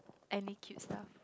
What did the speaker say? any cute stuff